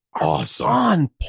awesome